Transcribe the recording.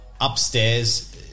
upstairs